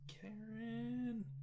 Karen